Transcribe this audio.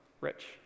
rich